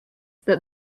that